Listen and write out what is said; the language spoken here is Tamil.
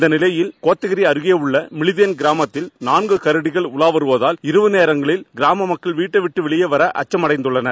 இந்த நிலையில் கோத்தகிரி அருகேயுள்ள மிளித்தேன் கிராமத்தில் நான்கு கரடிகள் உலா வருவதால் இரவு நேரங்களில் கிராம மக்கள் வீட்டை விட்டு வெளியே வர அச்சமடைந்துள்ளனர்